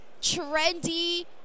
trendy